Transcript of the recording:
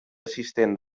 assistent